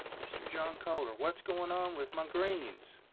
mr. john kohler what's going on with my greens?